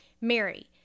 mary